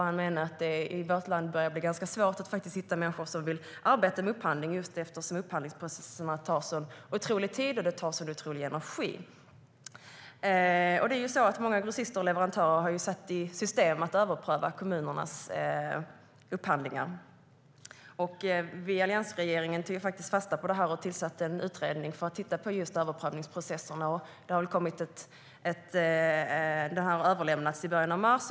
Han menade på att det i vårt land börjar bli ganska svårt att hitta människor som vill arbeta med upphandling eftersom upphandlingsprocesserna tar sådan otrolig tid och sådan otrolig energi. Många grossister och leverantörer har satt i system att överpröva kommunernas upphandlingar. Vi i alliansregeringen tog fasta på det och tillsatte en utredning för att titta på just överprövningsprocesserna. Den överlämnades i början av mars.